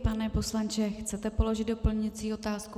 Pane poslanče, chcete položit doplňující otázku?